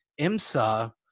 IMSA